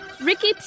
Ricky